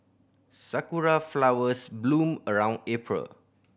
sakura flowers bloom around April